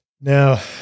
Now